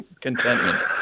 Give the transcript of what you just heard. Contentment